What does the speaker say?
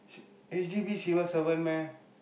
H_D_B civil servant meh